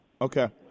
Okay